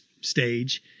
stage